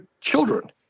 children